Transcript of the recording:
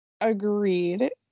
agreed